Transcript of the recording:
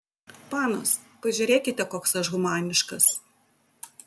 panos pažiūrėkite koks aš humaniškas